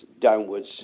downwards